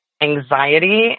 anxiety